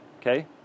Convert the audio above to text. Okay